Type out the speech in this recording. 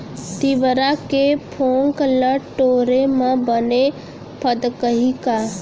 तिंवरा के फोंक ल टोरे म बने फदकही का?